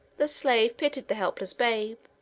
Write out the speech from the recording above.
the slave pitied the helpless babe,